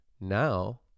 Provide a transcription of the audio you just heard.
now